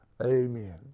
Amen